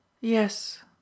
Yes